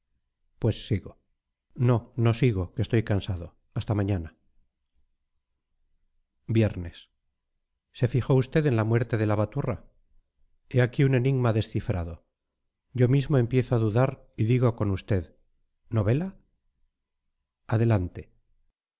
pues sigo no no sigo que estoy cansado hasta mañana viernes se fijó usted en la muerte de la baturra he aquí un enigma descifrado yo mismo empiezo a dudar y digo con usted novela adelante